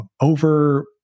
over